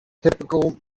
typical